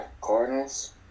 Cardinals